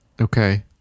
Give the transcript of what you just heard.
okay